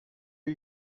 you